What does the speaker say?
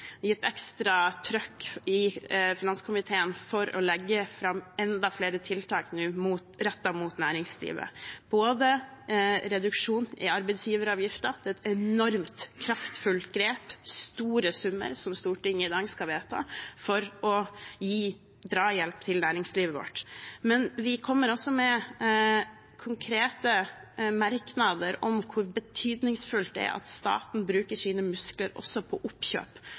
trykk i finanskomiteen for å legge fram enda flere tiltak nå rettet mot næringslivet, f.eks. reduksjon i arbeidsgiveravgiften. Det er et enormt kraftfullt grep, store summer som Stortinget i dag skal vedta, for å gi drahjelp til næringslivet vårt. Men vi kommer også med konkrete merknader om hvor betydningsfullt det er at staten bruker sine muskler også på oppkjøp